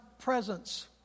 presence